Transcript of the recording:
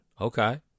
Okay